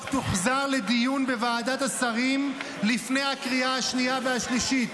תוחזר לדיון בוועדת השרים לפני הקריאה השנייה והשלישית.